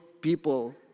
people